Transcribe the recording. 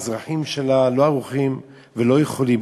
האזרחים שלה לא ערוכים ולא יכולים.